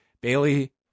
Bailey